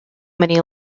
many